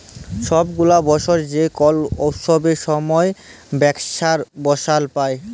ছব গুলা বসর যে কল উৎসবের সময় ব্যাংকার্সরা বলাস পায়